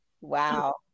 Wow